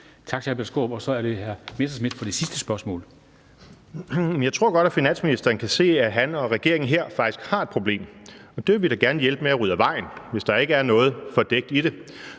spørgsmål. Kl. 13:19 Morten Messerschmidt (DF): Jeg tror godt, at finansministeren kan se, at han og regeringen her faktisk har et problem, og det vil vi da gerne hjælpe med at rydde af vejen, hvis der ikke er noget fordækt i det.